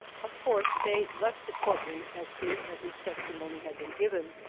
of course faye left the court room as soon as his testimony had been given.